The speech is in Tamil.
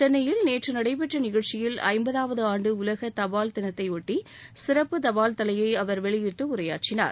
சென்னையில் நேற்று நடைபெற்ற நிகழ்ச்சியில் ஐம்பதாவது ஆண்டு உலக தபால் தினத்தையொட்டி சிறப்பு தபால் தலையை அவர் வெளியிட்டு உரையாற்றினார்